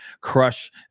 crush